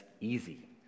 easy